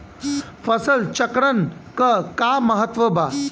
फसल चक्रण क का महत्त्व बा?